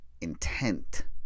intent